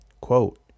Quote